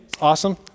Awesome